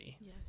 Yes